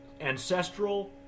ancestral